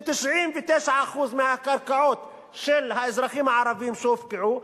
עשו מחקר ש-99% מהקרקעות של האזרחים הערבים שהופקעו,